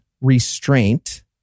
restraint